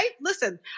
Listen